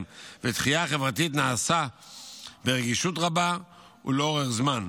ודחייה חברתית נעשה ברגישות רבה ולאורך זמן.